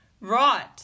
right